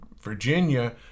Virginia